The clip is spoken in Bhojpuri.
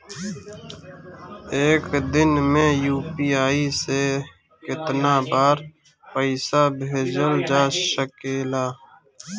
एक दिन में यू.पी.आई से केतना बार पइसा भेजल जा सकेला?